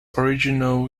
original